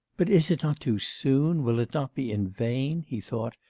but is it not too soon, will it not be in vain he thought,